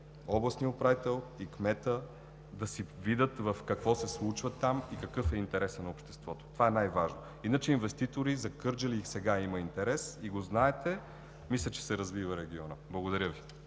областния управител и кметът да си видят какво се случва там и какъв е интересът на обществото. Това е най-важното. Иначе инвеститори за Кърджали – и сега има интерес и го знаете. Мисля, че регионът се развива. Благодаря Ви.